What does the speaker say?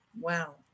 wow